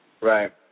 Right